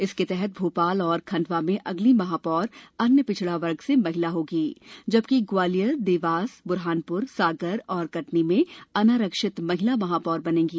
इसके तहत भोपाल और खंडवा में अगली महापौर अन्य पिछड़ा वर्ग से महिला होगीए जबकि ग्वालियरए देवासए ब्रहानप्रए सागर और कटनी में अनारक्षित महिला महापौर बनेंगी